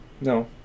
no